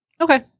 Okay